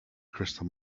crystal